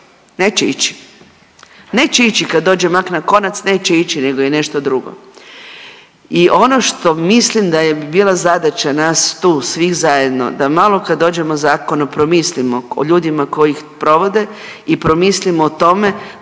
neće ići, neće ići kad mak na konac neće ići nego je nešto drugo. I ono što mislim da je bi bila zadaća nas tu svih zajedno da malo kad dođemo zakon promislimo o ljudima koji ih provode i promislimo o tome da